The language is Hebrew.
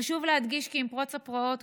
חשוב להדגיש כי עם פרוץ הפרעות,